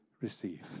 receive